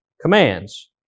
commands